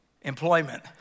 employment